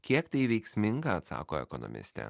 kiek tai veiksminga atsako ekonomistė